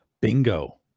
Bingo